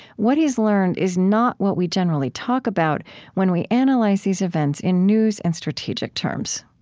what he's learned is not what we generally talk about when we analyze these events in news and strategic terms